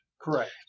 Correct